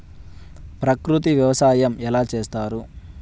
ప్రకృతి వ్యవసాయం ఎలా చేస్తారు?